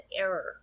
error